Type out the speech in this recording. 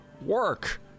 work